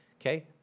Okay